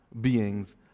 beings